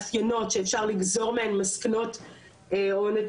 או נתונים אמפיריים בגלל הקורונה ששיבשה לחלוטין,